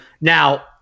Now